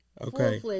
Okay